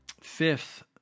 fifth